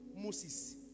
Moses